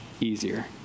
easier